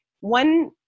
one